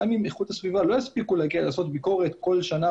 גם אם איכות הסביבה לא יספיקו לעשות ביקורת כל שנה